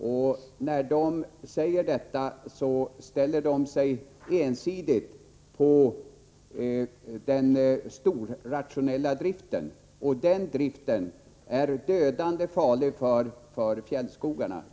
Då domänverket säger detta, förordar man ensidigt den storrationella driften. Den driften är dödligt farlig för fjällskogarna.